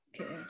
okay